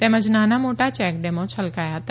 તેમજ નાના મોટા ચેકડેમો છલકાયા હતા